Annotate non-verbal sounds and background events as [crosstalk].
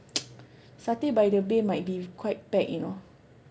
[noise] satay by the bay might be quite packed you know